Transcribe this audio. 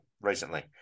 recently